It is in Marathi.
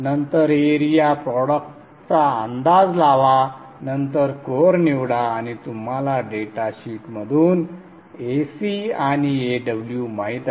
नंतर एरिया प्रॉडक्टचा अंदाज लावा नंतर कोअर निवडा आणि तुम्हाला डेटा शीटमधून Ac आणि Aw माहित आहे